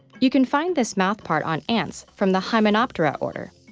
you can find this mouthpart on ants from the hymenoptera order,